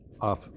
off